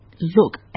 look